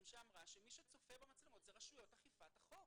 אומרת שמי שצופה במצלמות אלו רשויות אכיפת החוק.